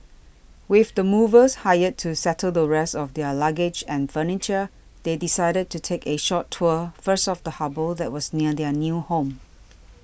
with the movers hired to settle the rest of their luggage and furniture they decided to take a short tour first of the harbour that was near their new home